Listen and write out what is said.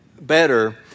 better